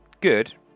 good